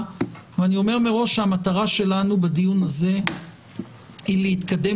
ואני אומר מראש שהמטרה שלנו בדיון הזה היא להתקדם